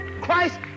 Christ